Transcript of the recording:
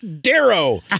Darrow